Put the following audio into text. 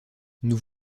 nous